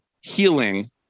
healing